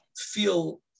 feel